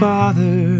Father